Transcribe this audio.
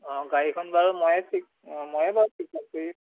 অঁ গাড়ীখন বাৰু ময়েই অঁ ময়েই বাৰু ঠিক কৰিম